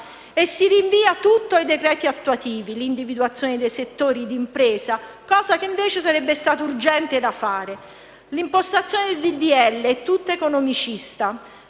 E si rinvia ai decreti attuativi l'individuazione dei settori di impresa, cosa che sarebbe stata urgente da fare. L'impostazione del disegno di legge è tutta economicista